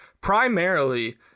primarily